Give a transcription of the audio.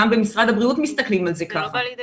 גם במשרד הבריאות מסתכלים על זה ככה --- זה לא בא לידי ביטוי.